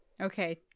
okay